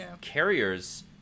carriers